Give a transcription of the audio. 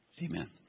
amen